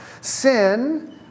Sin